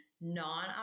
non